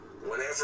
whenever